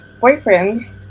boyfriend